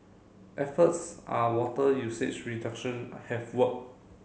efforts are water usage reduction have worked